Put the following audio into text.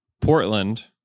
Portland